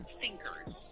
thinkers